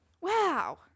Wow